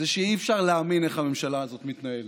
שאי-אפשר להאמין איך הממשלה הזאת מתנהלת.